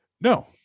No